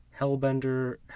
Hellbender